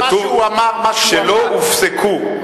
כתוב "שלא הופסקו".